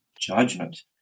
judgment